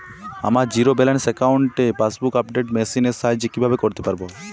আমার zero balance অ্যাকাউন্টে passbook update machine এর সাহায্যে কীভাবে করতে পারব?